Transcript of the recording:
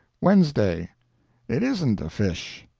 wednesday it isn't a fish.